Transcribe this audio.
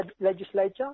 Legislature